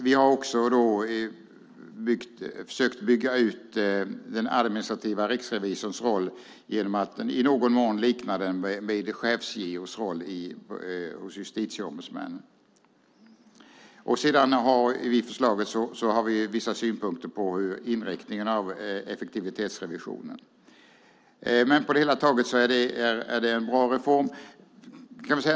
Vi har också försökt bygga ut den administrativa riksrevisorns roll genom att i någon mån likna den vid chefs-JO:s roll hos justitieombudsmännen. I förslaget har vi också vissa synpunkter på inriktningen av effektivitetsrevisionen. På det hela taget är det en bra reform.